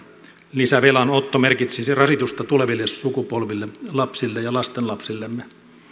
lisävelan otto merkitsisi rasitusta tuleville sukupolville lapsille ja lastenlapsillemme